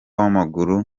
w’amaguru